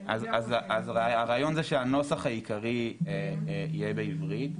אז הרעיון זה שהנוסח העיקרי יהיה בעברית.